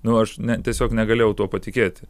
nu aš tiesiog negalėjau tuo patikėti